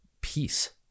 peace